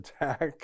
attack